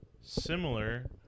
similar